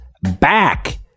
Back